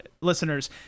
listeners